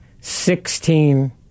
sixteen